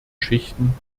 schichten